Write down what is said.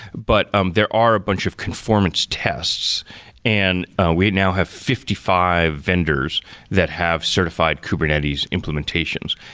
but um there are a bunch of conformance tests and we now have fifty five vendors that have certified kubernetes implementations.